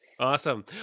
Awesome